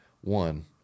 one